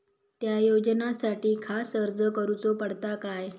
त्या योजनासाठी खास अर्ज करूचो पडता काय?